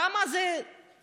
כמה זה נותן?